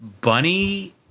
bunny